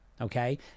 okay